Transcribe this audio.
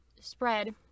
spread